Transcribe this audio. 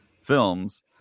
films